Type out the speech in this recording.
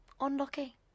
Unlucky